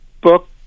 book